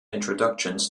introductions